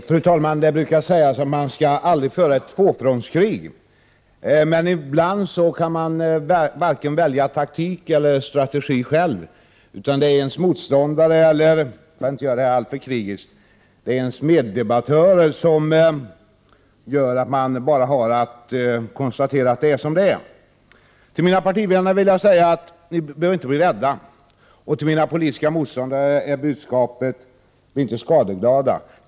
Fru talman! Det brukar sägas att man aldrig skall föra ett tvåfrontskrig, men ibland väljer man varken taktik eller strategi själv. Det är motståndarna eller, för att det inte skall bli alltför krigiskt, meddebattörerna som gör att man bara har att konstatera att det är som det är. Till mina partivänner vill jag säga att ni inte behöver bli rädda, och till mina politiska motståndare är budskapet: Bli inte skadeglada.